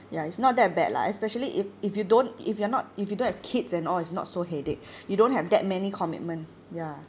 ya it's not that bad lah especially if if you don't if you're not if you don't have kids and all it's not so headache you don't have that many commitment ya